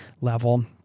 level